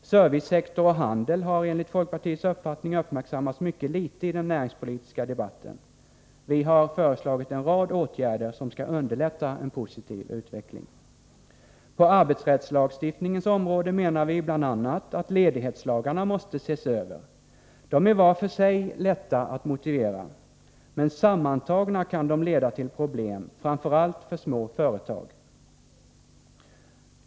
Servicesektor och handel har enligt folkpartiets uppfattning uppmärksammats mycket litet i den näringspolitiska debatten. Vi har föreslagit en rad åtgärder som skall underlätta en positiv utveckling. På arbetsrättslagstiftningens område menar vi bl.a. att ledighetslagarna måste ses över. De är var för sig lätta att motivera. Men sammantaget kan de leda till problem, framför allt för små företag.